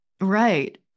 right